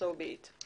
so be it.